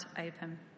open